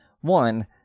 One